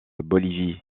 bolivie